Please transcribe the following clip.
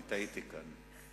אני טעיתי כאן.